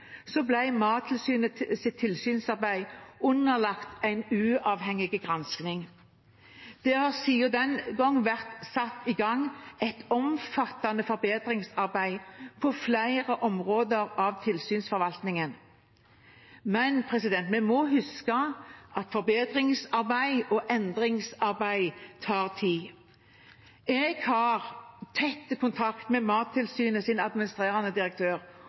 tilsynsarbeid underlagt en uavhengig gransking. Det har siden da vært satt i gang et omfattende forbedringsarbeid på flere områder av tilsynsforvaltningen. Men vi må huske at forbedrings- og endringsarbeid tar tid. Jeg har tett kontakt med Mattilsynets administrerende direktør